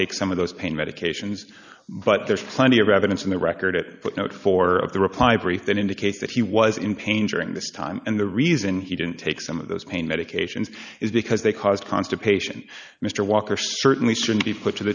take some of those pain medications but there's plenty of evidence in the record at but not for the reply brief that indicates that he was in pain during this time and the reason he didn't take some of those pain medications is because they caused constipation mr walker certainly should be put to